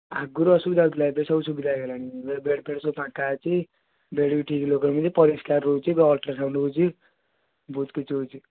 ଆଗରୁ ଅସୁବିଧା ହୋଉଥିଲା ଏବେ ସବୁ ସୁବିଧା ହେଇଗଲାଣି ଏବେ ବେଡ଼୍ ଫେଡ଼୍ ସବୁ ଫାଙ୍କା ଅଛି ବେଡ଼୍ ବି ଠିକ୍ ଲୋକ ରହୁଛି ପରିଷ୍କାର ରହୁଛି ଅଲ୍ଟ୍ରାସାଉଣ୍ଡ୍ ହେଉଛି ବହୁତ କିଛି ହେଉଛି